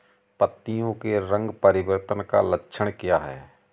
पत्तियों के रंग परिवर्तन का लक्षण क्या है?